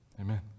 Amen